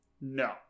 No